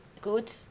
good